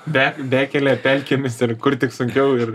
be bekele pelkėmis ir kur tik sunkiau ir